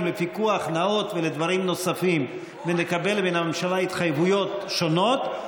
לפיקוח נאות ולדברים נוספים ונקבל מן הממשלה התחייבויות שונות,